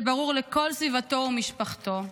זה ברור לכל סביבתו ומשפחתו.